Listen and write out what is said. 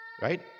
right